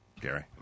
Gary